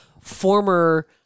former